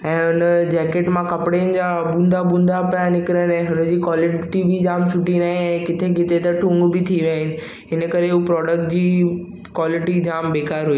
ऐं हुनजो जेकेट मां कपड़नि जा बुंदा बुंदा पिया निकिरिनि ऐं हुनजी कॉलीटी बि जाम सुठी नाहे ऐं किथे किथे त टूंग बि थी विया आहिनि इनकरे हू प्रॉडक्ट जी कॉलिटी जाम बेकार हुई